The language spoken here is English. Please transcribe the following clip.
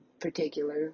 particular